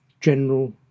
general